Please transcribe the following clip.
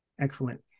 Excellent